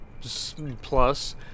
plus